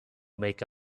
make